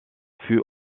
fût